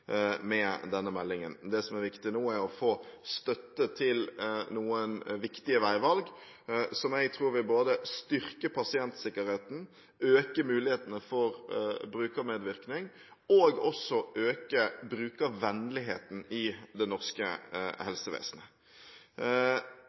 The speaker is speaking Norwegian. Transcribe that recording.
med denne meldingen. Det som er viktig nå, er å få støtte til noen viktige veivalg, som jeg tror vil både styrke pasientsikkerheten, øke mulighetene for brukermedvirkning og også øke brukervennligheten i det norske